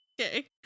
Okay